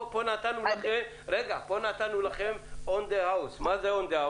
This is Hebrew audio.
פה נתנו לכם שירות.